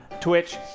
Twitch